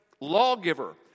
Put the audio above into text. lawgiver